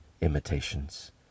imitations